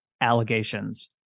allegations